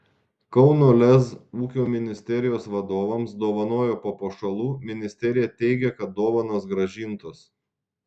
kauno lez ūkio ministerijos vadovams dovanojo papuošalų ministerija teigia kad dovanos grąžintos